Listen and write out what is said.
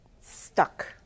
stuck